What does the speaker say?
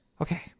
Okay